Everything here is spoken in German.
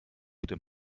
dem